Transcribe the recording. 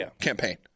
campaign